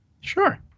Sure